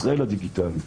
ישראל הדיגיטלית.